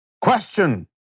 question